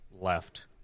left